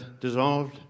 dissolved